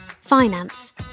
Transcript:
finance